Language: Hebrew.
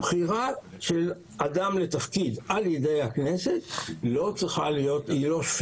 בחירה של אדם לתפקיד על ידי הכנסת היא לא שפיטה